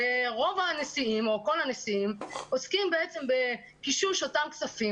ורוב הנשיאים או כל הנשיאים עוסקים בעצם בקישוש אותם כספים